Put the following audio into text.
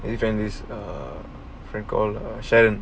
and families err frank all sharon